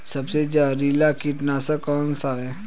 सबसे जहरीला कीटनाशक कौन सा है?